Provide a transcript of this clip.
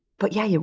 but, yeah, you,